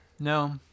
No